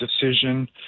decision